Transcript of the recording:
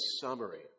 summary